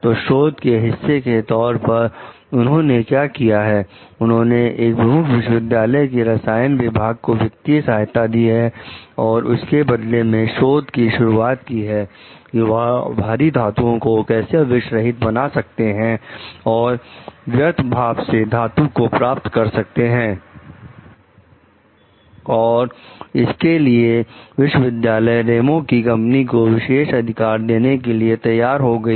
तो शोध के हिस्से के तौर पर उन्होंने क्या किया है उन्होंने एक प्रमुख विश्वविद्यालय के रसायन विभाग को वित्तीय सहायता दी है और उसके बदले में शोध की शुरुआत की है कि वह भारी धातुओं को कैसे विष रहित बना सकते हैं और व्यर्थ भाप से धातु को प्राप्त कर सकते हैं और इसके लिए विश्वविद्यालय रेमो की कंपनी को विशेष अधिकार देने के लिए तैयार हो गई